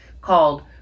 called